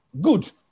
good